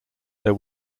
their